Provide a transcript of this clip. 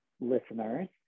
listeners